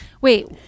Wait